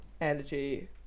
energy